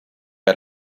out